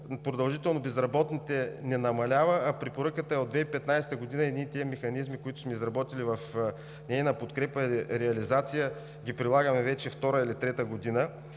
продължително безработните не намалява, а Препоръката е от 2015 г. Тези механизми, които сме изработили в нейна подкрепа и реализация, ги прилагаме вече втора или трета година.